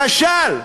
כשל,